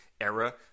Era